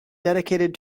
dedicated